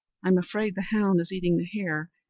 i'm afraid the hound is eating the hare,